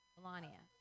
Melania